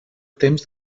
temps